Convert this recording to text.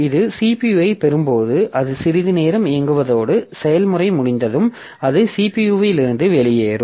இது CPU ஐப் பெறும்போது அது சிறிது நேரம் இயங்குவதோடு செயல்முறை முடிந்ததும் அது CPU இலிருந்து வெளியேறும்